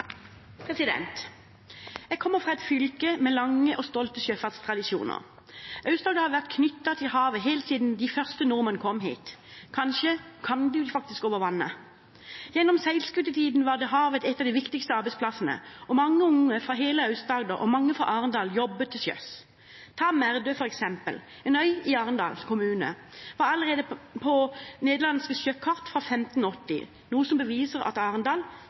Jeg kommer fra et fylke med lange og stolte sjøfartstradisjoner. Aust-Agder har vært knyttet til havet helt siden de første nordmenn kom hit. Kanskje kom de faktisk over vannet. Gjennom seilskutetiden var havet en av de viktigste arbeidsplassene, og mange unge fra hele Aust-Agder, og mange fra Arendal, jobbet til sjøs. Ta Merdø f.eks., en øy i Arendal kommune: Den var allerede på nederlandske sjøkart fra 1580, noe som beviser at Arendal